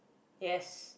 yes